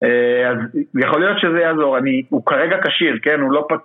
אז יכול להיות שזה יעזור, הוא כרגע כשיר, הוא לא פצוע.